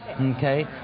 okay